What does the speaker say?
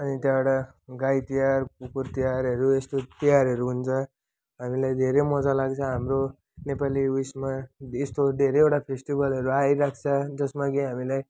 अनि त्यहाँबाट गाईतिहार कुकुर तिहारहरू यस्तो तिहारहरू हुन्छ हामीलाई धेरै मजा लाग्छ हाम्रो नेपाली उयसमा यस्तो धेरैवटा फेस्टिभलहरू आइरहेको छ जसमा कि हामीलाई